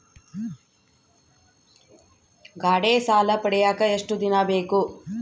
ಗಾಡೇ ಸಾಲ ಪಡಿಯಾಕ ಎಷ್ಟು ದಿನ ಬೇಕು?